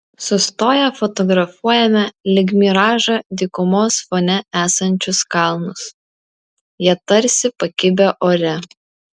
sustoję fotografuojame lyg miražą dykumos fone esančius kalnus jie tarsi pakibę ore